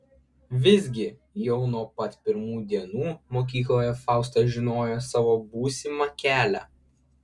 visgi jau nuo pat pirmų dienų mokykloje fausta žinojo savo būsimą kelią